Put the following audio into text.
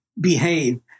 behave